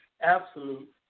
absolute